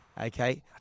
Okay